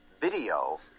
video